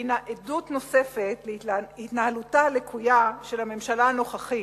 הוא עדות נוספת להתנהלותה הלקויה של הממשלה הנוכחית,